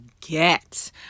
get